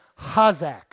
hazak